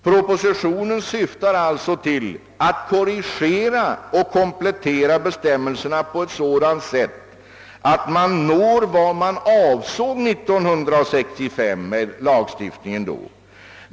Propositionen syftar alltså till att korrigera och komplettera bestämmelserna på ett sådant sätt, att man når det resultat man avsåg med 1965 års lagstiftning.